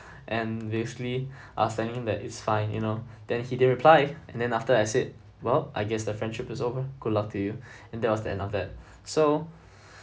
and basically I was telling that it's fine you know then he didn't reply and then after I said well I guess the friendship is over good luck to you and that was the end of that so